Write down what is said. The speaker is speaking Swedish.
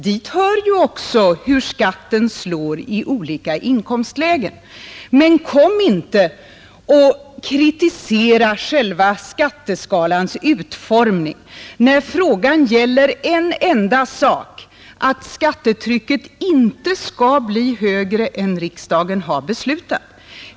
Dit hör också hur skatten slår i olika inkomstlägen. Men kom inte och kritisera själva skatteskalans utformning, när frågan gäller en enda sak: att skattetrycket inte skall bli högre än riksdagen har beslutat.